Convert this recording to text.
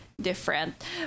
different